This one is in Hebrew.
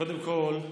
קודם כול,